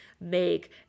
make